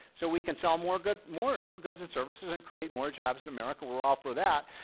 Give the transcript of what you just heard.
so we can sell more good more, more goods and services and create more jobs. america will offer that.